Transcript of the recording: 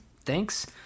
thanks